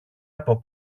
από